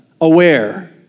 aware